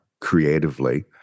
creatively